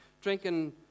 drinking